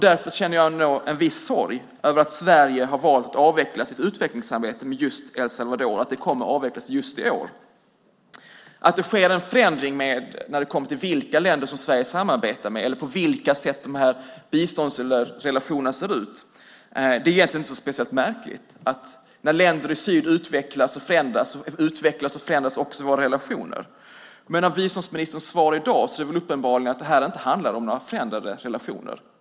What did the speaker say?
Därför känner jag en viss sorg över att Sverige har valt att avveckla sitt utvecklingsarbete med El Salvador och att det kommer att avvecklas just i år. Det är egentligen inte speciellt märkligt att det sker en förändring när det kommer till vilka länder som Sverige samarbetar med eller på vilka sätt biståndsrelationerna ser ut. När länder i syd utvecklas och förändras utvecklas och förändras också våra relationer. Men i och med biståndsministerns svar i dag är det uppenbart att det här inte handlar om några förändrade relationer.